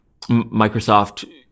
Microsoft